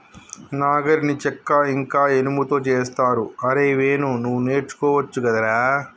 నాగలిని చెక్క ఇంక ఇనుముతో చేస్తరు అరేయ్ వేణు నువ్వు నేర్చుకోవచ్చు గదరా